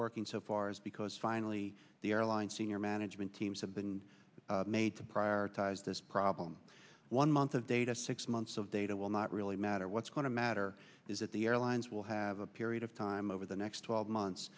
working so far is because finally the airline senior management teams have been made to prioritize this problem one month of data six months of data will not really matter what's going to matter is that the airlines will have a period of time over the next twelve months